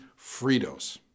Fritos